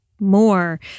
more